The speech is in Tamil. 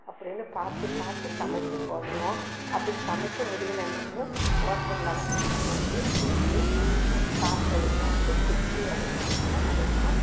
அப்படின்னு பார்த்து பார்த்து சமைத்து போடுவோம் அப்படி சமைக்க முடியலன்னாலும் ஹோட்டலில் வாங்கிகிட்டு வந்து கொடுத்து சாப்பிட்றத பார்த்து திருப்தி அடைவாங்க அடைவோம்